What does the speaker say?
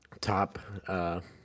top